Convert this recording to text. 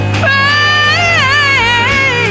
pray